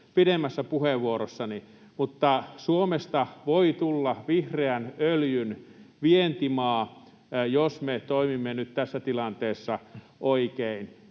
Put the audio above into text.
pidemmässä puheenvuorossani. Suomesta voi tulla vihreän öljyn vientimaa, jos me toimimme nyt tässä tilanteessa oikein.